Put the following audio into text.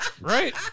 Right